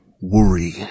Worry